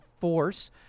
Force